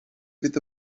fydd